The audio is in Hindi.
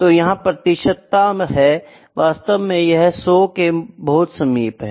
तो यह प्रतिशतता है वास्तव में यह 100 के बहुत समीप है